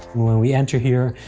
when we enter here,